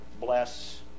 bless